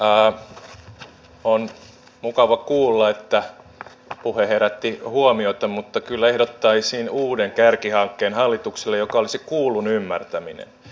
on mukava kuulla että puhe herätti huomiota mutta kyllä ehdottaisin hallitukselle uuden kärkihankkeen joka olisi kuullun ymmärtäminen